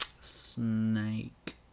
Snake